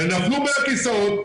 הם נפלו בין הכיסאות,